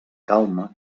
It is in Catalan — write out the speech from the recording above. calma